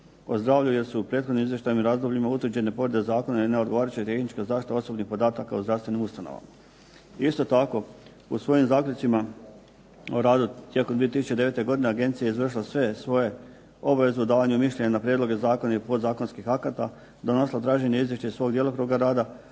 o zdravlju jer su u prethodnim izvještajnim razdobljima utvrđene povrede zakona i neodgovarajuća tehnička zaštita osobnih podataka o zdravstvenim ustanovama. Isto tako, po svojim zaključcima o radu tijekom 2009. godine agencija je izvršila sve svoje obaveze o davanju mišljenja na prijedloge zakona i podzakonskih akata, donosila tražena izvješća iz svog djelokruga rada,